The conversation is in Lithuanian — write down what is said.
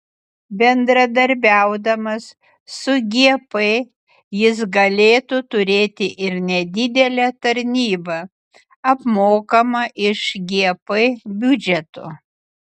bendradarbiaudamas su gp jis galėtų turėti ir nedidelę tarnybą apmokamą iš gp biudžeto